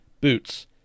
Boots